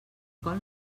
col